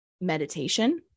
meditation